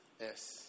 Yes